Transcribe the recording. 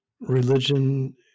religion